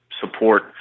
support